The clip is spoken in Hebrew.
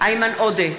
איימן עודה,